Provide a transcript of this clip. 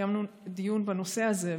כשקיימנו דיון בנושא הזה,